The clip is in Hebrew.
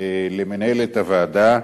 למנהלת הוועדה,